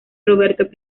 roberto